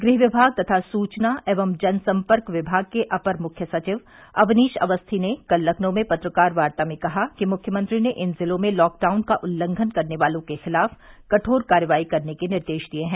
गृह विभाग तथा सूचना एवं जनसंपर्क विभाग के अपर मुख्य सचिव अवनीश अवस्थी ने कल लखनऊ में पत्रकार वार्ता में कहा कि मुख्यमंत्री ने इन जिलों में लॉकडाउन का उल्लंघन करने वालों के खिलाफ कठोर कार्रवाई करने के निर्देश दिए हैं